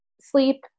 sleep